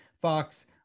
Fox